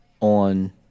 on